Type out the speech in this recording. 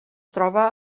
troba